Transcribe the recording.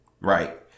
right